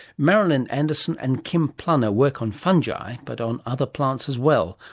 marilyn anderson and kim plummer work on fungi but on other plants as well,